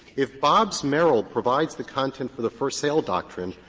if bobbs-merrill provides the content for the first sale doctrine,